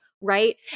right